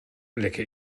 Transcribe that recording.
lecke